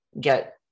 get